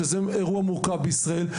שזה אירוע מורכב בישראל,